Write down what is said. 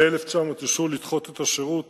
ל-1,900 אישרו לדחות את השירות